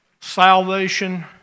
salvation